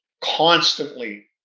constantly